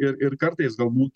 ir ir kartais galbūt